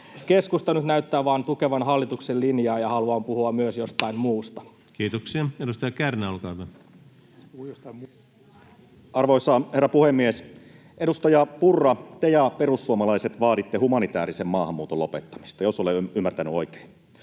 Keskusta nyt näyttää vain tukevan hallituksen linjaa ja haluaa puhua myös jostain muusta. Kiitoksia. — Edustaja Kärnä, olkaa hyvä. Arvoisa herra puhemies! Edustaja Purra, te ja perussuomalaiset vaaditte humanitaariseen maahanmuuton lopettamista — jos olen ymmärtänyt oikein.